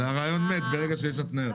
הרעיון מת ברגע שיש התניות.